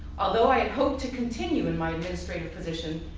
although i had hoped to continue in my administrative position,